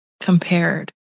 compared